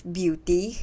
beauty